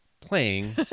playing